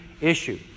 issue